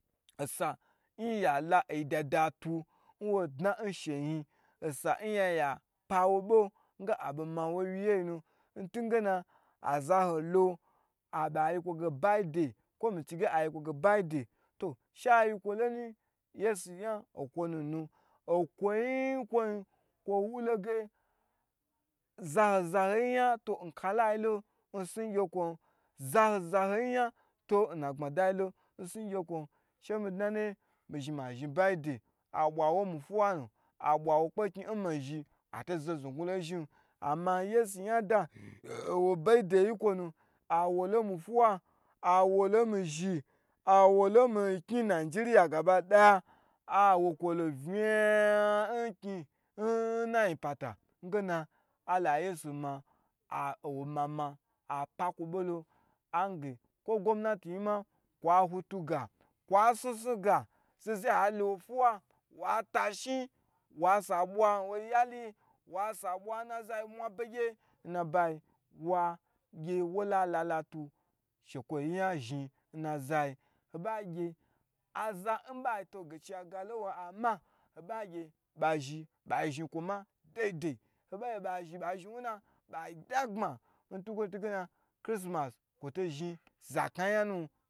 Osa inyi zhi la oyi dada tu inwo dna insheyi, osa inyi zhi ya pa wo bo ntuge na abo mawo inyin pye ye yinu ntugena ala holo bayi kwo ge bai de kwo mi chi ge bai de to she ayi kwo lo nuyi to yesu nya nkwo nu nu, okwoi nkwo nu kwo wu logu zaho zaho yi yau to nkala lo nsnu ngye kwon, zaho zaho yi nya to inagbmadayi lon ngye kwon she mi dna inaye mi zhin ma zhin bai a abwa wo inmi fiwanu, abwawo kpekni in mi zhi, ato zo znugunlo in mi zhin, ato zo znu gnu lon inzhin, ama yesu nya da owo bai de inkwo nu awolo nmi fiwa, awolo nmi zhin, awo lo inmizhi in mikni nigeria gabadaye vnayan nkni ina ayi pata ingena ala yesu ah inwo mama apakwo bolo, an ge kwo gomnati yi ma kwa wutuga, kwa snu snu ga zaho zaho yi wa lo wo fuwa wa ta shin, wa sa bwa nwo yaliyi wa sa bwa in azayi in mwabegye, ina abayi wagye wo la shekwoyi laa la tu zhin ina aza yi aza inba toi nigai chiya gaba in wo ho ba gye ba zhi ba zhi kwo ma dai dai, ho ba ga ba zhi ba zhi inwu na bai da gbma intugena chrisimas kwo to zhi za kna yi yan nun